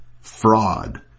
fraud